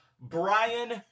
Brian